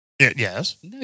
Yes